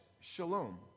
Shalom